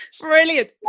brilliant